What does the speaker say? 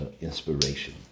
inspiration